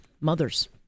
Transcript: mothers